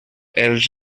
els